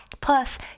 Plus